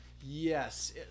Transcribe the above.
Yes